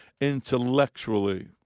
intellectually